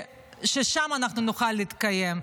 ששם נוכל להתקיים.